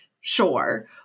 sure